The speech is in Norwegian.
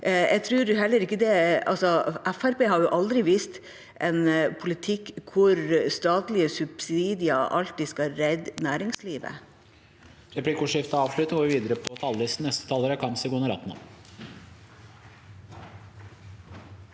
har aldri vist en politikk hvor statlige subsidier alltid skal redde næringslivet.